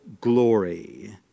glory